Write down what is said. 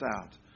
out